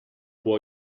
può